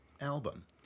album